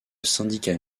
syndicat